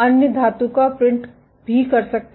अन्य धातु का प्रिंट भी कर सकते हैं